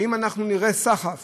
האם נראה סחף